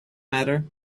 matter